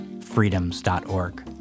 freedoms.org